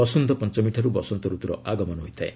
ବସନ୍ତ ପଞ୍ଚମୀଠାରୁ ବସନ୍ତ ଋତୁର ଆଗମନ ହୋଇଥାଏ